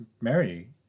Mary